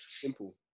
Simple